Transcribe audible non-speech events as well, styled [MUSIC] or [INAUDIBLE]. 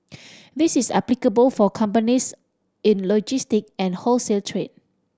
[NOISE] this is applicable for companies in logistic and wholesale trade